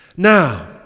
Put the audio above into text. Now